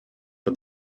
for